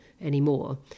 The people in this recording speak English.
anymore